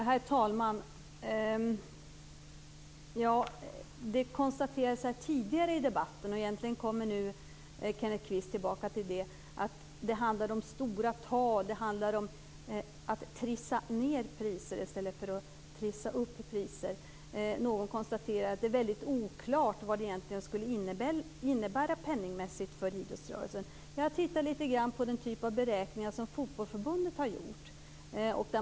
Herr talman! Det konstaterades tidigare i debatten - och egentligen kommer nu Kenneth Kvist tillbaka till det - att det handlar om stora tal, att det handlar om att trissa ned priser i stället för att trissa upp priser. Någon konstaterade att det är väldigt oklart var det egentligen skulle innebära penningmässigt för idrottsrörelsen. Jag har tittat lite grann på den typ av beräkningar som Fotbollförbundet har gjort.